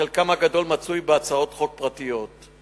שחלקם הגדול קיים בהצעות החוק הפרטיות.